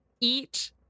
eat